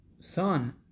son